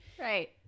Right